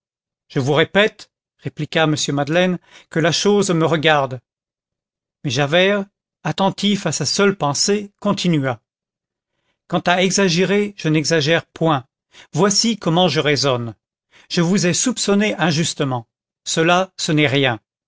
je vous répète répliqua m madeleine que la chose me regarde mais javert attentif à sa seule pensée continua quant à exagérer je n'exagère point voici comment je raisonne je vous ai soupçonné injustement cela ce n'est rien